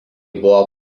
buvo